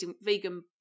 vegan